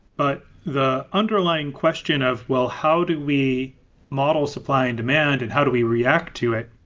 but the underlying question of, well, how do we model supply and demand and how do we react to it?